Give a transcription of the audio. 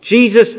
Jesus